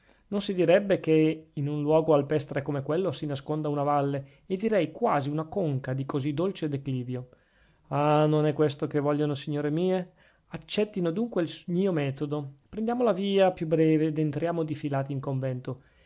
non si direbbe che in un luogo alpestre come quello si nasconda una valle e direi quasi una conca di così dolce declivio ah non è questo che vogliono signore mie accettino dunque il mio metodo prendiamo la via più breve ed entriamo difilati in convento